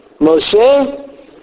Moshe